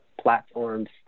platforms